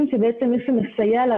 זה מגיע מכספי